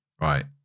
right